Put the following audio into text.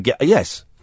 yes